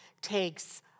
takes